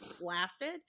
blasted